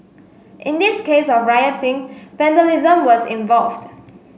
in this case of rioting vandalism was involved